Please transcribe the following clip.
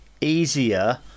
easier